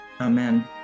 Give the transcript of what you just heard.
Amen